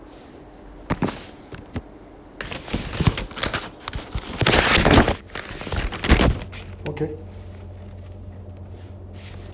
okay